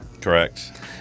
Correct